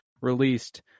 released